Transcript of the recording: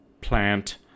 plant